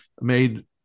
made